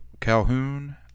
Calhoun